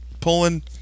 pulling